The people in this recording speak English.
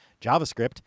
JavaScript